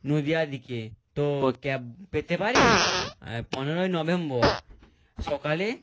নদীয়া দিকে তো ক্যাব পেতে পারি পনেরোই নভেম্বর সকালে